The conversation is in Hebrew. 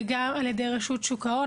וגם על ידי רשות ההון,